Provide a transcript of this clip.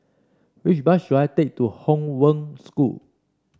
which bus should I take to Hong Wen School